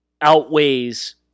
outweighs